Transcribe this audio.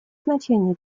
значение